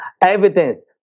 evidence